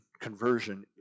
conversion